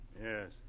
Yes